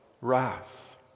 wrath